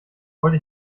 wollte